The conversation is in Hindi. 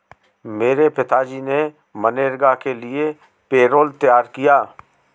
मेरे पिताजी ने मनरेगा के लिए पैरोल तैयार किया